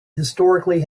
historically